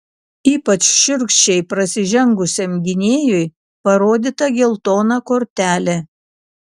ypač šiurkščiai prasižengusiam gynėjui parodyta geltona kortelė